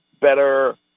better